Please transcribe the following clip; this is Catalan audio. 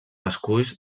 esculls